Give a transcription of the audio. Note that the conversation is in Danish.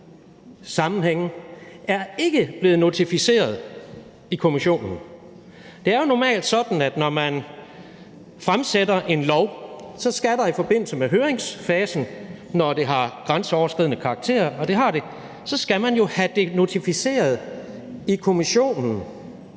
sammenhænge, ikke er blevet notificeret i Kommissionen. Det er jo normalt sådan, at når man fremsætter et lovforslag, skal man i forbindelse med høringsfasen, når det har grænseoverskridende karakter, og det har det, have det notificeret i Kommissionen,